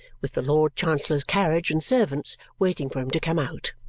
with the lord chancellor's carriage and servants waiting for him to come out.